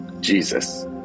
Jesus